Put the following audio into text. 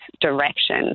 direction